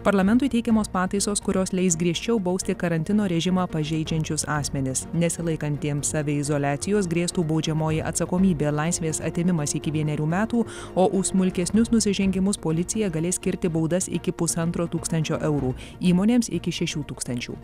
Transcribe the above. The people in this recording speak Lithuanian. parlamentui teikiamos pataisos kurios leis griežčiau bausti karantino režimą pažeidžiančius asmenis nesilaikantiems saviizoliacijos grėstų baudžiamoji atsakomybė laisvės atėmimas iki vienerių metų o už smulkesnius nusižengimus policija galės skirti baudas iki pusantro tūkstančio eurų įmonėms iki šešių tūkstančių